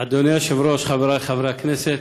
אדוני היושב-ראש, חברי חברי הכנסת,